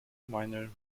minor